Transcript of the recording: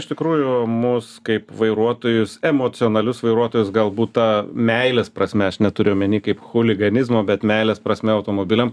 iš tikrųjų mus kaip vairuotojus emocionalius vairuotojus galbūt ta meilės prasme aš neturiu omeny kaip chuliganizmo bet meilės prasme automobiliam